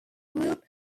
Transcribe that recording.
group